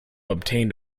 obtained